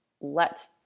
let